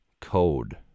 code